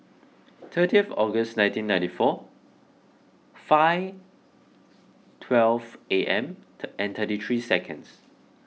thirtieth August nineteen ninety four five twelve A M thirty three seconds